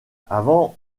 avant